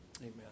Amen